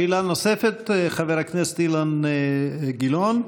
שאלה נוספת לחבר הכנסת אילן גילאון,